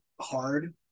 hard